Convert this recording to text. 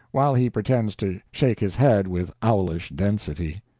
while he pretends to shake his head with owlish density.